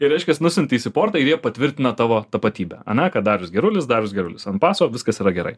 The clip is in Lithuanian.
tai reiškias nusiunti į suportą ir jie patvirtina tavo tapatybę ane kad darius gerulis darius gerulis ant paso viskas yra gerai